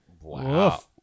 Wow